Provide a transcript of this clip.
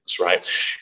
right